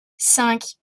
cinq